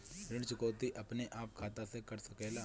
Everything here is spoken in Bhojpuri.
ऋण चुकौती अपने आप खाता से कट सकेला?